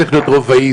מתחיל לעשות חיפושים,